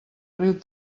riu